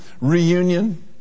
reunion